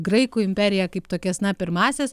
graikų imperiją kaip tokias na pirmąsias